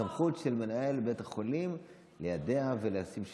סמכות של מנהל בית החולים ליידע ולהציב שילוט.